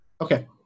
Okay